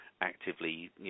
actively